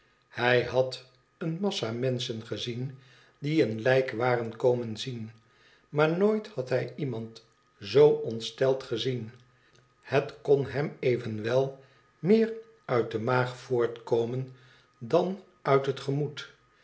hij had eene massa menschen gezien die een lijk waren komen zien maar nooit had hij iemand zoo ontsteld gezien het kon hem evenwel meer uit de maag voortkomen dan uit het gemoed